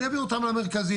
אני אעביר אותם למרכזים.